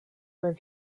were